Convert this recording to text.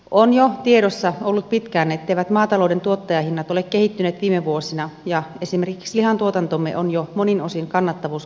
on jo tiedossa ollut pitkään etteivät maatalouden tuottajahinnat ole kehittyneet viime vuosina ja esimerkiksi lihantuotantomme on jo monin osin kannattavuuskriisissä